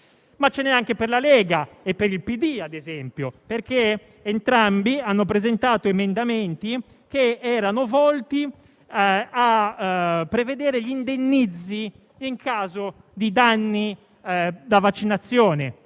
Ce n'è anche per la Lega e per il PD, ad esempio: entrambi hanno presentato emendamenti volti a prevedere gli indennizzi in caso di danni da vaccinazione.